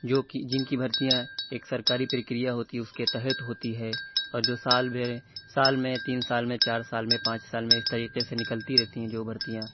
جو کہ جن کی بھرتیاں ایک سرکاری پرکریا ہوتی ہے اُس کے تحت ہوتی ہے اور جو سال بھر سال میں تین سال میں چار سال میں پانچ سال میں اِس طریقے سے نکلتی رہتی ہیں جو بھرتیاں